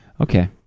Okay